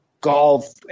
golf –